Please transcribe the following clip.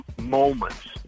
moments